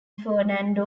fernando